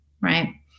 right